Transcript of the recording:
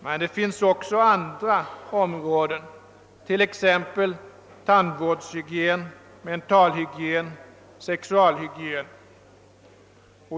Men det finns också andra områden, t.ex. tandvårdshygienen, mentalhygienen och sexualhygienen.